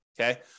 Okay